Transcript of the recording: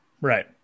Right